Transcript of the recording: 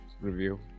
review